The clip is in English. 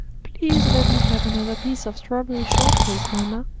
please let me have another piece of strawberry shortcake, mamma,